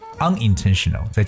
Unintentional